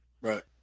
Right